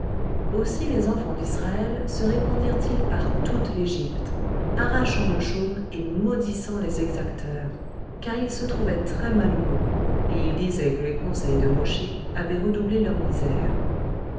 aussi les enfants d'israël se répandirent ils par toute l'égypte arrachant le chaume et maudissant les exacteurs car ils se trouvaient très-malheureux et ils disaient que les conseils de mosché avaient redoublé leur misère